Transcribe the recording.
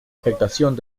afectación